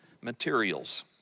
materials